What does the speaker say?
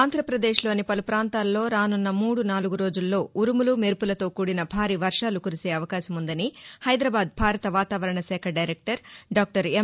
ఆంధ్రప్రదేశ్లోని పలు ప్రాంతాల్లో రాసున్న మూడు నాలుగు రోజుల్లో ఉరుములు మెరుపులతో కూడిన భారీ వర్షాలు కురిసే అవకాశముందని హైదరాబాద్ భారత వాతావరణ శాఖ దైరెక్టర్ డాక్టర్ ఎం